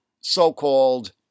so-called